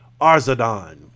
Arzadon